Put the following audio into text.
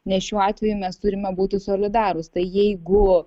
nes šiuo atveju mes turime būti solidarūs tai jeigu